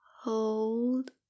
Hold